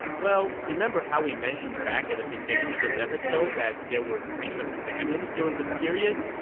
well, remember how we mentioned back at the beginning of this episode that there were frequent famines during this period?